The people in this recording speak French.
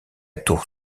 tour